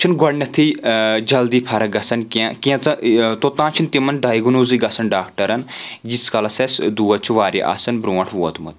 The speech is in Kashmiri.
اَسہِ چھُنہٕ گۄڈنؠتھٕے جلدی فرق گژھان کینٛہہ کینٛژاہ توٚتانۍ چھِنہٕ تِمَن ڈایگنوزٕے گژھان ڈاکٹرَن یٖتسِ کالَس اسہِ دود چھُ واریاہ آسان برونٛٹھ ووتمُت